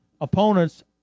opponents